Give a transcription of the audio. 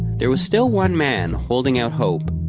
there was still one man holding out hope,